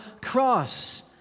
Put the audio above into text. cross